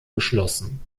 geschlossen